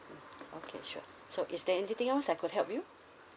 okay sure so is there anything else I could help you